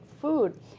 food